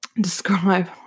describe